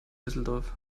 düsseldorf